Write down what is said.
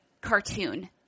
cartoon